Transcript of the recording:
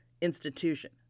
institution